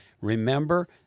Remember